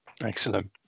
Excellent